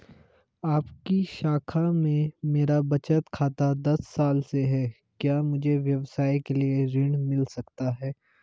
आपकी शाखा में मेरा बचत खाता दस साल से है क्या मुझे व्यवसाय के लिए ऋण मिल सकता है?